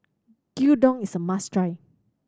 gyudon is a must try